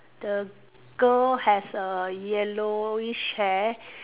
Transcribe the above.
the girl has a yellowish hair